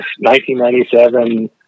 1997